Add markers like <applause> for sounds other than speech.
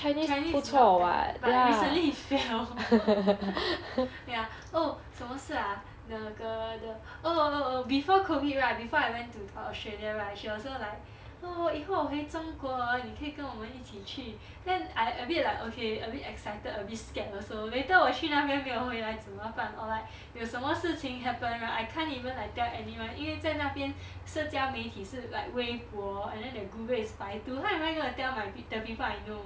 chinese is not bad but recently he failed <laughs> ya oh 什么事 ah the girl oh oh oh before COVID right before I went to australia right she also like oh 以后我会中国妳可以跟我们一起去 then I'm a bit like okay a bit excited a bit scared also later 我去那边 then 没有回来真么办 or like 什么事情 happened right I can't even like tell anyone 因为在那边社交媒体是 like weibo and then their google is baidu how am I going to like my the people I know